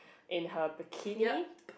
in her bikini